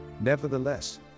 Nevertheless